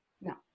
no